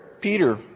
Peter